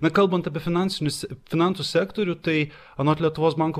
na kalbant apie finansinius finansų sektorių tai anot lietuvos banko